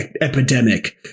epidemic